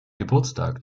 geburtstag